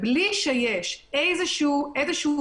בלי שיש משהו